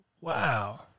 Wow